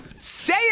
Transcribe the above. Stay